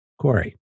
Corey